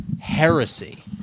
heresy